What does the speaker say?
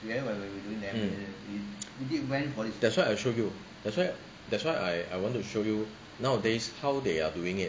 you know what you doing then we didn't went forty that's why I show you that's why that's why I wanted to show you nowadays how they are doing it